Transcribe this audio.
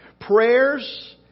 Prayers